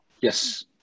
Yes